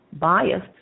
biased